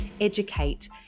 educate